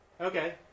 Okay